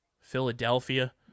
Philadelphia